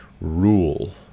rule